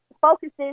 focuses